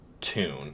tune